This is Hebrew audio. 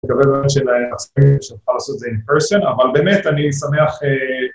‫תקבלו על השאלה האחרונה, ‫שאתה יכול לעשות את זה אינפרסן, ‫אבל באמת אני שמח...